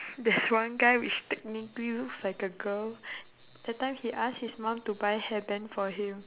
there's one guy which technically looks like a girl that time he ask his mum to buy hair band for him